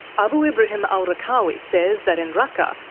abu ibrahim al-raqqawi says that in raqqa,